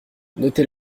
notez